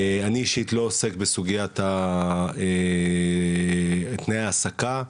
אני אישית לא עוסק בסוגיית תנאי ההעסקה,